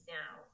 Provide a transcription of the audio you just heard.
now